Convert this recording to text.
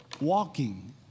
walking